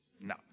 no